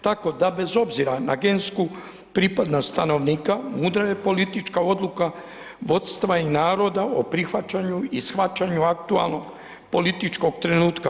Tako da bez obzira na gensku pripadnost stanovnika mudra je politička politika vodstva i naroda o prihvaćanju i shvaćanju aktualnog političkog trenutka.